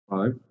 Five